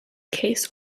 case